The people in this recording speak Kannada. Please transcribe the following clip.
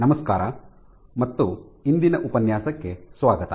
ನಮಸ್ಕಾರ ಮತ್ತು ಇಂದಿನ ಉಪನ್ಯಾಸಕ್ಕೆ ಸ್ವಾಗತ